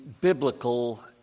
biblical